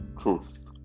truth